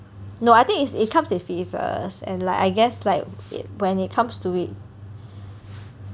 no I think is it comes with phases and like I guess like it when it comes to it